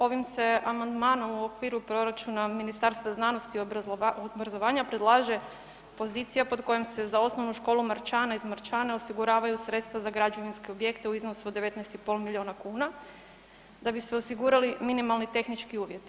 Ovim se amandmanom u okviru proračuna Ministarstva znanosti i obrazovanja predlaže pozicija pod kojom se za Osnovnu školu Marčane iz Marčane osiguravaju sredstva za građevinske objekte u iznosu od 19,5 milijuna kuna da bi se osigurali minimalni tehnički uvjeti.